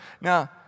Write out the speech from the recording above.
Now